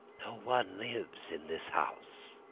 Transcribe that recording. one lives in this house.